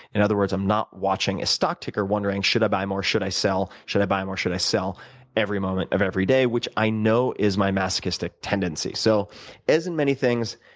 in other words, i'm not watching a stock ticker wondering should i buy more, should i sell should i buy more, should i sell every moment of every day, which i know is my masochistic tendency. so as in many things,